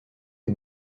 est